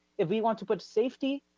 if we want to put safety,